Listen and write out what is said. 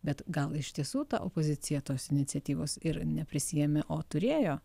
bet gal iš tiesų ta opozicija tos iniciatyvos ir neprisiėmė o turėjo